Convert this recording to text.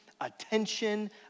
attention